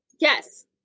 Yes